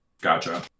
gotcha